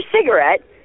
cigarette